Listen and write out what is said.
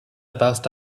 passed